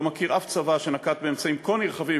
לא מכיר אף צבא שנקט אמצעים כה נרחבים